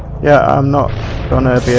yeah i'm not gonna